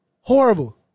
horrible